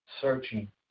searching